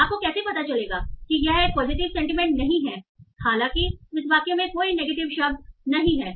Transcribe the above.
तो आपको कैसे पता चलेगा कि यह एक पॉजिटिव सेंटीमेंट नहीं है हालाँकि इस वाक्य में कोई नेगेटिव शब्द नहीं है